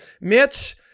Mitch